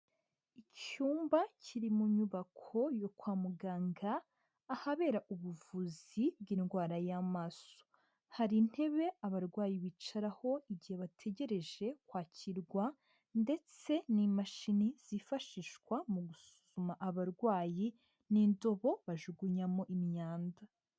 Icyumba kiri mu nyubako yo kwa muganga ahabera ubuvuzi bw'indwara y'amaso. Hari intebe abarwayi bicaraho igihe bategereje kwakirwa ndetse n'imashini zifashishwa mu gusuma abarwayi n'indobo bajugunyamo imyanda.